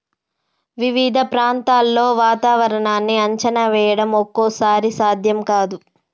వివిధ ప్రాంతాల్లో వాతావరణాన్ని అంచనా వేయడం ఒక్కోసారి సాధ్యం కాదు